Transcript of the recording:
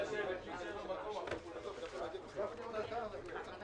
אני מתכבד